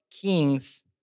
kings